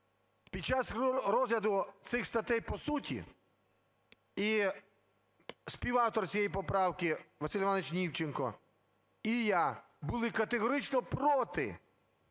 Під час розгляду цих статей по суті і співавтор цієї поправки Василь ІвановичНімченко, і я були категорично проти